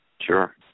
Sure